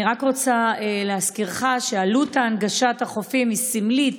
אני רק רוצה להזכירך שעלות הנגשת החופים היא סמלית